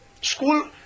school